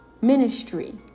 ministry